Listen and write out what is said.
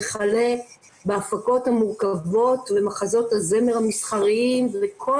וכלה בהפקות המורכבות ומחזות הזמר המסחריים וכל